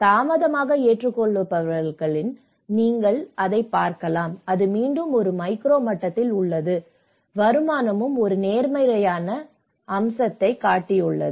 தாமதமாக ஏற்றுக்கொள்பவர்களில் நீங்கள் அதைப் பார்த்தால் அது மீண்டும் ஒரு மைக்ரோ மட்டத்தில் உள்ளது அது போகிறது வருமானமும் ஒரு நேர்மறையான அம்சத்தைக் காட்டியுள்ளது